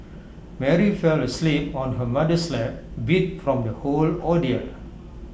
Mary fell asleep on her mother's lap beat from the whole ordeal